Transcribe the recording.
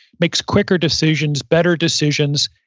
makes quicker decisions, better decisions,